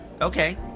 Okay